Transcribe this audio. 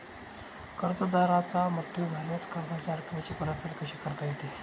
कर्जदाराचा मृत्यू झाल्यास कर्जाच्या रकमेची परतफेड कशी करता येते?